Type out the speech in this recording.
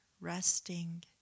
resting